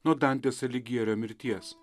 nuo dantės aligjerio mirties